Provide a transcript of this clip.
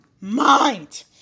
mind